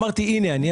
אמרתי שהנה אני,